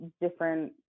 different